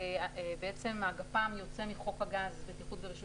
בעצם הגפ"מ יוצא מחוק הגז (בטיחות ורישוי),